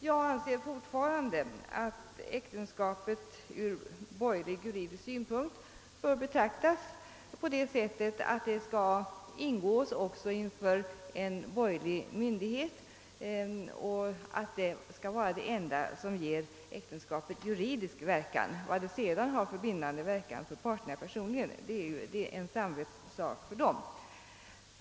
Jag anser fortfarande att äktenskapet ur borgerlig-juridisk synpunkt bör betraktas på det sättet, att det skall ingås inför en borgerlig myndighet och att detta skall vara det enda som ger äktenskapet juridisk verkan. Vilken bindande verkan detta sedan har för parterna personligen är en samvetssak för dem.